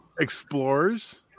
Explorers